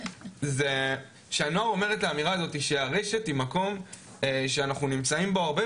זה שהנוער אומר את האמירה הזאת שהרשת היא מקום שאנחנו נמצאים בו הרבה,